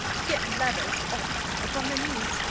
to get lovers off upon their knees.